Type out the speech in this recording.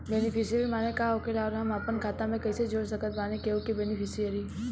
Beneficiary माने का होखेला और हम आपन खाता मे कैसे जोड़ सकत बानी केहु के बेनीफिसियरी?